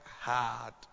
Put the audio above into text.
hard